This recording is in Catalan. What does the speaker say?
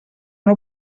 una